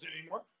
anymore